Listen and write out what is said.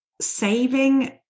saving